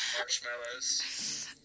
Marshmallows